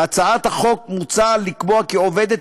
בהצעת החוק מוצע לקבוע כי עובדת,